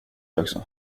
också